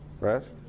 Right